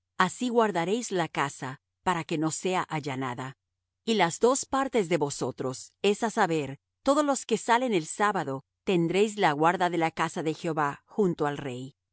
así guardaréis la casa para que no sea allanada y las dos partes de vosotros es á saber todos los que salen el sábado tendréis la guarda de la casa de jehová junto al rey